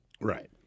Right